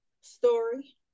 story